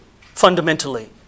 fundamentally